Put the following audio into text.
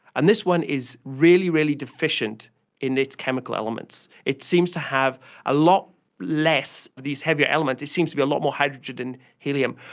and this one is really, really deficient in its chemical elements. it seems to have a lot less of these heavier elements, it seems to be a lot more hydrogen than helium.